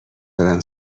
برم